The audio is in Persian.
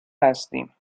هستیم